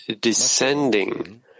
descending